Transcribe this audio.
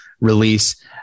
release